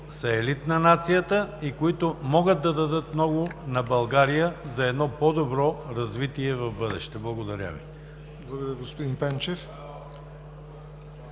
са елит на нацията и които могат да дадат много на България за едно по-добро развитие в бъдеще. Благодаря Ви. ПРЕДСЕДАТЕЛ ЯВОР